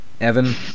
evan